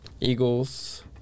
eagles